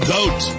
Goat